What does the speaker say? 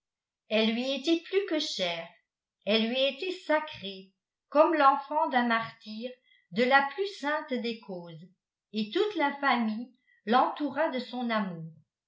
elle lui était plus que chère elle lui était sacrée comme l'enfant d'un martyr de la plus sainte des causes et toute la famille l'entoura de son amour